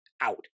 out